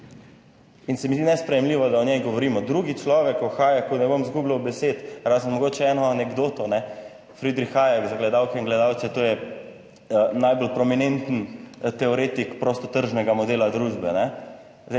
In se mi zdi nesprejemljivo, da o njej govorimo. Drugi človek uhaja, ko ne bom izgubljal besed, razen mogoče eno anekdoto, ne. Friedrich Hayek za gledalke in gledalce, to je najbolj prominenten teoretik prostotržnega modela družbe, ne.